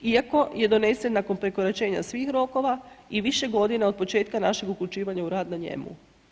Iako je donesen nakon prekoračenja svih rokova i više godina od početka našeg upućivanja u rad na njemu.